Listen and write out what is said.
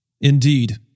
Indeed